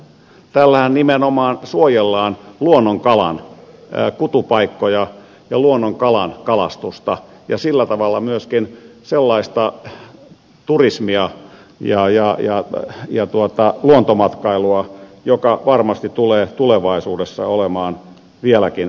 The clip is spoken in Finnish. tällähän nimenomaan suojellaan luonnonkalan kutupaikkoja ja luonnonkalan kalastusta ja sillä tavalla myöskin sellaista turismia ja luontomatkailua joka varmasti tulee tulevaisuudessa olemaan vieläkin suositumpaa